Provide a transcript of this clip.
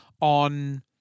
on